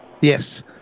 Yes